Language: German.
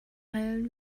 heilen